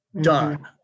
done